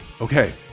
Okay